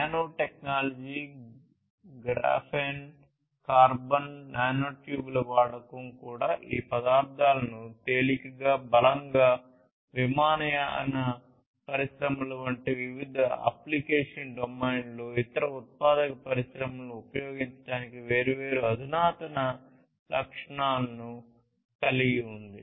nanotechnology graphene carbon నానోట్యూబ్ల వాడకం కూడా ఈ పదార్థాలను తేలికగా బలంగా విమానయాన పరిశ్రమల వంటి వివిధ అప్లికేషన్ డొమైన్లలో ఇతర ఉత్పాదక పరిశ్రమలకు ఉపయోగించటానికి వేర్వేరు అధునాతన లక్షణాలను కలిగి ఉంది